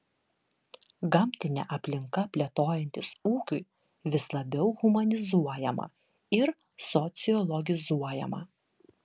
gamtinė aplinka plėtojantis ūkiui vis labiau humanizuojama ir sociologizuojama